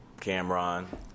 Cameron